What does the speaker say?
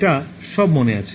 এটা সব মনে আছে